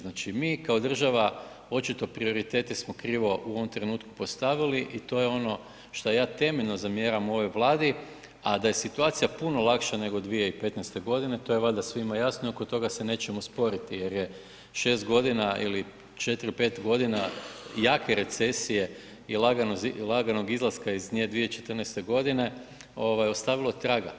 Znači mi kao država očito prioritete smo krivo u ovom trenutku postavili i to je ono što ja temeljno zamjeram ovoj Vladi, a da je situacija puno lakša nego 2015. godine to je valjda svima jasno i oko toga se nećemo sporiti jer je 6 godina ili 4, 5 godina jake recesije i laganog izlaska iz nje 2014. ovaj ostavilo traga.